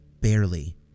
barely